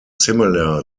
similar